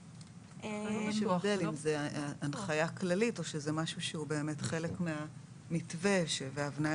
יש הבדל אם זו הנחיה כללית או שזה משהו שהוא באמת חלק מהמתווה וההבניה